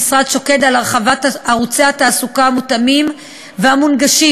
המשרד שוקד על הרחבת ערוצי התעסוקה המותאמים והמונגשים